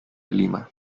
lima